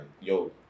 yo